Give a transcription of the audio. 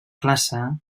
classe